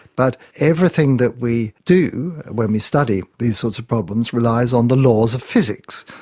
but everything that we do when we study these sorts of problems relies on the laws of physics.